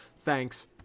Thanks